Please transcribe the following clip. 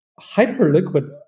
Hyperliquid